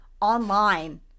online